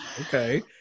okay